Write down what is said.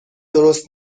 درست